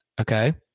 Okay